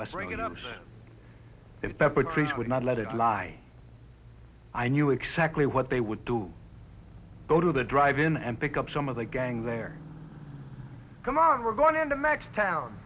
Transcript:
things would not let it lie i knew exactly what they would do go to the drive in and pick up some of the gang there come on we're going into next town